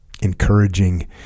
encouraging